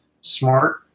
smart